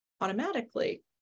Automatically